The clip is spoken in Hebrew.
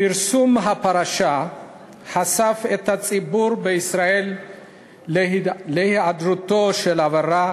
פרסום הפרשה חשף את הציבור בישראל להיעדרותו של אברה,